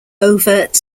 overt